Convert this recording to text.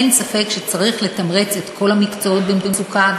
אין ספק שצריך לתמרץ את כל המקצועות במצוקה,